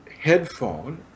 headphone